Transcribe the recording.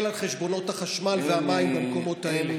על חשבונות החשמל והמים למקומות האלה.